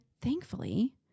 thankfully